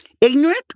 Ignorant